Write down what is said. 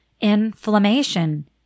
inflammation